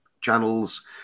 channels